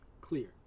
clear